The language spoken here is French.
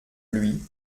lui